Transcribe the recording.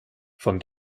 von